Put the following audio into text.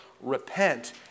Repent